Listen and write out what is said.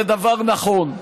זה דבר נכון.